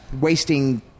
wasting